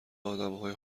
آدمهای